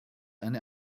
eine